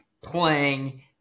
playing